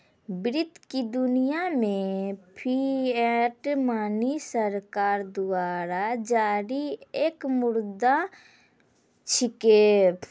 वित्त की दुनिया मे फिएट मनी सरकार द्वारा जारी एक मुद्रा छिकै